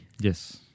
Yes